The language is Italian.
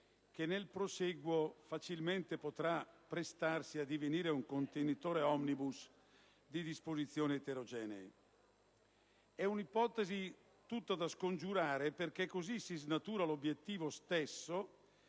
che nel prosieguo potrà facilmente prestarsi a divenire un contenitore*omnibus* di disposizioni eterogenee. È un'ipotesi tutta da scongiurare, perché così si snatura l'obiettivo stesso